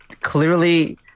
clearly